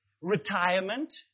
retirement